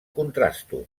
contrastos